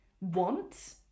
want